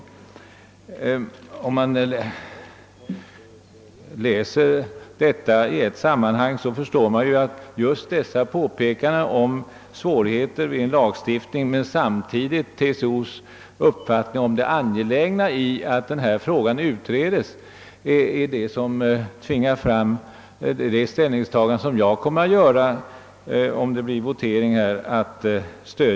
Om man läser detta i ett sammanhang förstår man att just detta påpekande om svårigheter vid en lagstiftning och TCO:s uppfattning om det angelägna i att frågan utreds tvingar fram mitt ställningstagande, nämligen att motionsyrkandet bör stödjas.